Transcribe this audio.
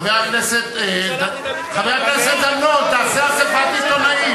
חבר הכנסת דנון, תעשה אספת עיתונאים.